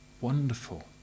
wonderful